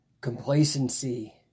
complacency